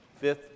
fifth